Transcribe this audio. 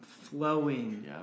flowing